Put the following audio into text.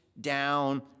down